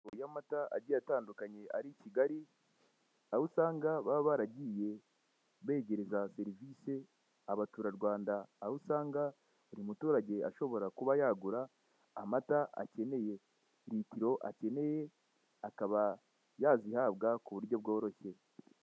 Iy'amata agiye atandukanye ari i Kigali aho usanga baba baragiye begereza serivisi abaturarwanda, aho usanga hari umuturage ashobora kuba yagura amata akeneye litiro akeneye akaba yazihabwa ku buryo bworoshye.